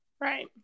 Right